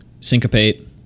Syncopate